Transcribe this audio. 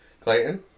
Clayton